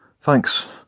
Thanks